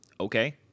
okay